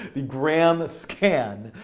the graham scan.